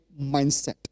mindset